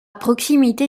proximité